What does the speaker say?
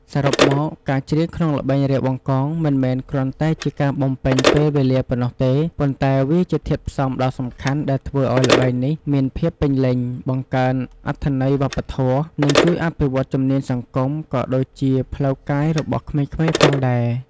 សរុបមក ការច្រៀងក្នុងល្បែង រាវបង្កង មិនមែនគ្រាន់តែជាការបំពេញពេលវេលាប៉ុណ្ណោះទេ ប៉ុន្តែវាជាធាតុផ្សំដ៏សំខាន់ដែលធ្វើឱ្យល្បែងនេះមានភាពពេញលេញ បង្កើនអត្ថន័យវប្បធម៌ និងជួយអភិវឌ្ឍជំនាញសង្គម ក៏ដូចជាផ្លូវកាយរបស់ក្មេងៗផងដែរ។